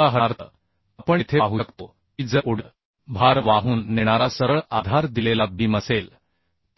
उदाहरणार्थ आपण येथे पाहू शकतो की जर UDL भार वाहून नेणारा सरळ आधार दिलेला बीम असेल